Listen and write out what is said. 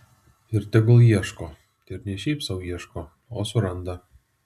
ir tegul ieško ir ne šiaip sau ieško o suranda